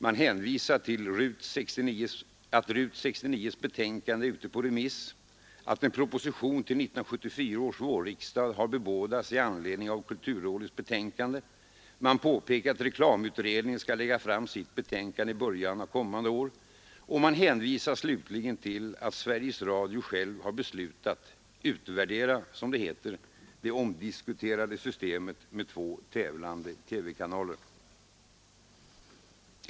Man hänvisar till att RUT 69:s betänkande är ute på remiss, att en proposition till 1974 års vårriksdag har bebådats i anledning av kulturrådets betänkande, man påpekar att reklamutredningen skall lägga fram sitt betänkande i början av kommande år, och man hänvisar slutligen till att Sveriges Radio självt har beslutat ”utvärdera”, som det heter, det omdiskuterade systemet med två tävlande TV-kanaler.